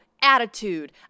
attitude